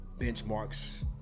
benchmarks